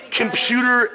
computer